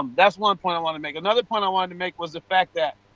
um that is one point i want to make. another point i wanted to make was the fact that,